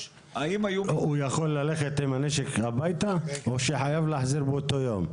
הוא יכול ללכת עם הנשק הביתה או שחייב להחזיר באותו יום?